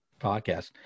podcast